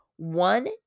One